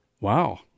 Wow